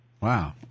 Wow